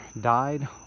died